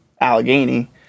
Allegheny